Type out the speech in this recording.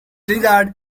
lizard